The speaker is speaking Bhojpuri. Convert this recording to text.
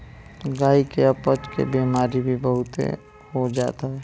गाई के अपच के बेमारी भी बहुते हो जात हवे